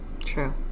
True